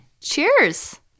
cheers